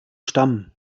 stamm